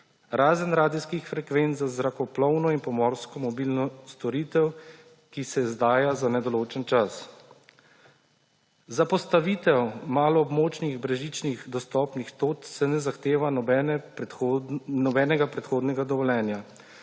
razen radijskih frekvenc za zrakoplovno in pomorsko mobilno storitev, ki se izdaja za nedoločen čas. Za postavitev maloobmočnih brezžičnih dostopnih točk se ne zahteva nobenega predhodnega dovoljenja.